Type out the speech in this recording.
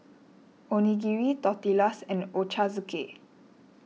Onigiri Tortillas and Ochazuke